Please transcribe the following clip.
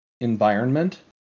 environment